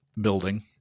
building